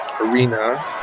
arena